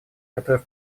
который